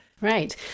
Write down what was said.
Right